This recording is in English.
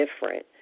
different